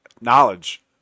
knowledge